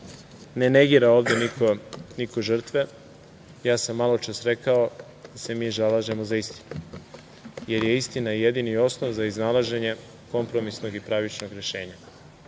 ne negira ovde niko žrtve. Ja sam maločas rekao da se mi zalažemo za istinu, jer je istina jedini osnov za iznalaženje kompromisnog i pravičnog rešenja.